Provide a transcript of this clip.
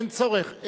אין צורך.